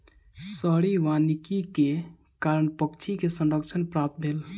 शहरी वानिकी के कारण पक्षी के संरक्षण प्राप्त भेल